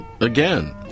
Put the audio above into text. again